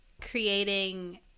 creating